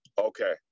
Okay